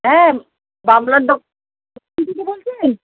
হ্যাঁ বাবলার দোকান থেকে বলছেন